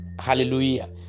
Hallelujah